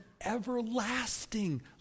everlasting